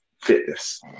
fitness